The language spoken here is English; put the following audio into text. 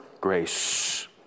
grace